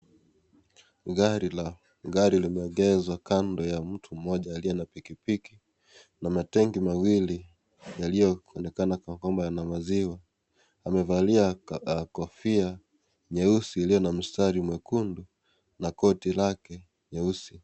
Gari la mtu limeegezwa kando ya mtu mmoja aliye na pikipiki na matangi mawili, yaliyo onekana kwa boma na maziwa, amevalia kofia nyeusi iliyo na mistari mwekundu na koti lake nyeusi.